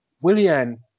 Willian